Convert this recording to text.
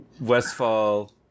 Westfall